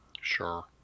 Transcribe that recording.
Sure